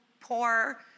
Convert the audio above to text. poor